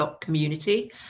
community